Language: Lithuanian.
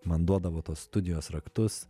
man duodavo tos studijos raktus